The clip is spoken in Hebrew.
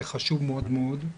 זה חשוב מאוד מאוד.